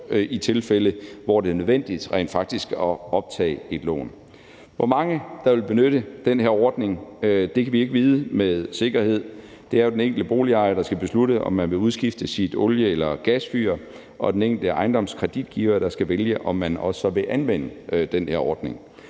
de tilfælde, hvor det rent faktisk er nødvendigt at optage et lån. Hvor mange der vil benytte den her ordning, kan vi ikke vide med sikkerhed. Det er jo den enkelte boligejer, der skal beslutte, om vedkommende vil udskifte sit olie- eller gasfyr, og den enkelte ejendomskreditgiver, der skal vælge, om vedkommende så også vil anvende den her ordning.